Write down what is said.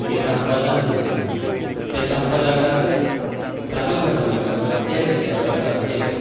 ते संपादन म्हणजे त्या संपदाकाचं चालू घडामोडींवर त्या विषयावर असलेलं